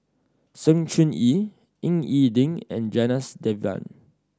Sng Choon Yee Ying E Ding and Janadas Devan